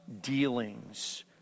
dealings